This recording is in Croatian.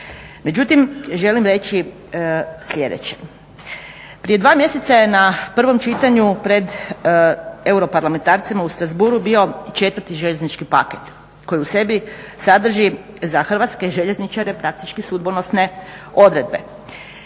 Međutim, želim reći sljedeće, prije dva mjeseca je na prvom čitanju pred europarlamentarcima u Strasbourgu bio i četvrti željeznički paket koji u sebi sadrži za hrvatske željezničare praktički sudbonosne odredbe.